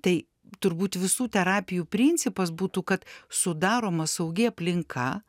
tai turbūt visų terapijų principas būtų kad sudaroma saugi aplinka